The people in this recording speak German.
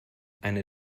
eine